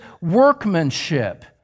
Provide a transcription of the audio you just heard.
workmanship